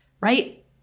right